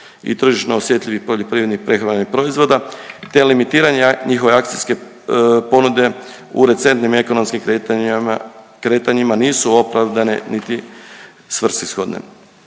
i tržišno osjetljivi poljoprivrednih prehrambenih proizvoda te limitiranje njihove akcijske ponude u recentnim ekonomskim kretanjima nisu opravdane niti svrsishodne.